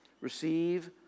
receive